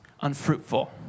unfruitful